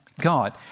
God